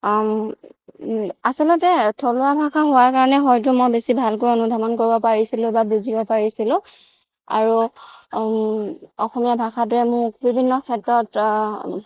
আচলতে থলুৱা ভাষা হোৱাৰ কাৰণে হয়তো মই বেছি ভালকৈ অনুধাৱন কৰিব পাৰিছিলোঁ বা বুজিব পাৰিছিলোঁ আৰু অসমীয়া ভাষাটোৱে মোক বিভিন্ন ক্ষেত্ৰত